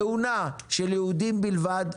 תאונה של יהודים בלבד,